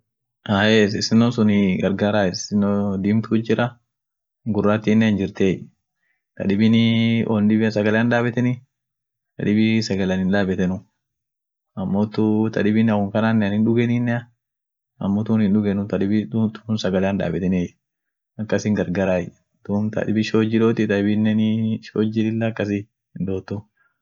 Ansila sagale daabaatin dada horiatiin daabai, dada horian maana isun dukub hindufuuni yedeni, isun dukub hinkabu kaa horia sun fedai, iskuun presure fa kaba yedeni isun choleamu, ansila kaam horia sun tumiedai iskuun ka duukaasun hinfedu woat sila hoori kabd kaam horia sun tumietai mambo pesa gudio duukaat baaseni unum lakisen sila,